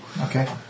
Okay